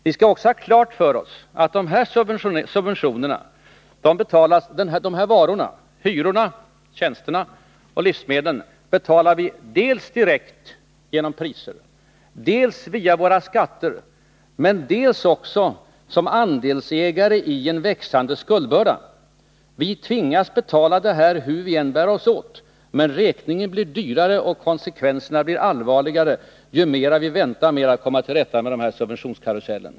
Vi skall också ha klart för oss att hyrorna och livsmedlen betalar vi dels direkt genom priset, dels via våra skatter men dels också som andelsägare i en växande skuldbörda. Vi tvingas betala detta hur vi än bär oss åt. Men räkningen blir högre och konsekvenserna blir allvarligare ju längre vi väntar med åtgärder för att stoppa subventionskarusellen.